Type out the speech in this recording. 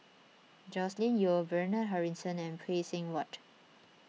Joscelin Yeo Bernard Harrison and Phay Seng Whatt